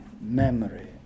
memory